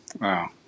Wow